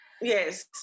Yes